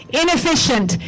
inefficient